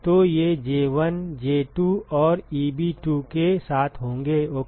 तो ये J1 J2 और Eb2 के साथ होंगे ओके